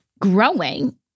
growing